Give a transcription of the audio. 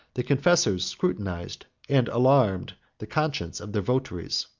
the confessors scrutinized and alarmed the conscience of their votaries,